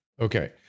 okay